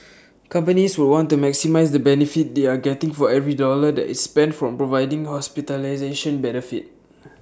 companies would want to maximise the benefit they are getting for every dollar that is spent from providing hospitalisation benefit